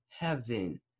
heaven